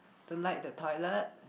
don't like the toilet